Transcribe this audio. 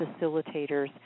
facilitators